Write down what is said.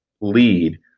lead